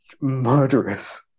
murderous